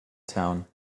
town